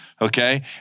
Okay